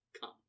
come